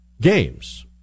games